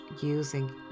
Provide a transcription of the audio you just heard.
using